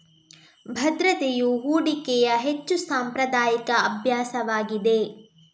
ಭದ್ರತೆಯು ಹೂಡಿಕೆಯ ಹೆಚ್ಚು ಸಾಂಪ್ರದಾಯಿಕ ಅಭ್ಯಾಸವಾಗಿದೆ